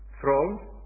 throne